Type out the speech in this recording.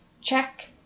check